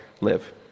live